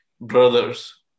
brothers